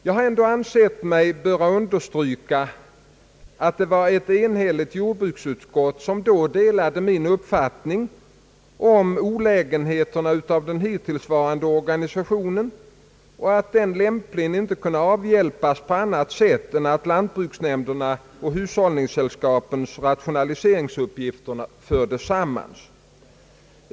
Jag har ändå ansett mig böra understryka att det var ett enhälligt jordbruksutskott som då delade min uppfattning om olägenheterna av den hittillsvarande organisationen och att den inte lämpligen kunde avhjälpas på annat sätt än att lantbruksnämndernas och hushållningssällskapens rationaliseringsuppgifter fördes samman.